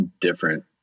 different